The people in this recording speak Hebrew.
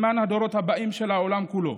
למען הדורות הבאים של העולם כולו,